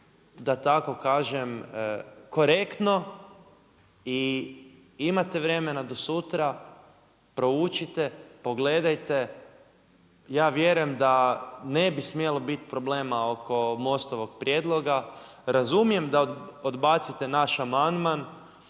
da tako kažem korektno i imate vremena do sutra, proučite, pogledajte, ja vjerujem da ne bi smjelo biti problema oko Most-ovog prijedloga. Razumijem da odbacite naš amandman,